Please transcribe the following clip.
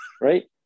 right